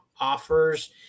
offers